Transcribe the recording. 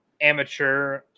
Amateur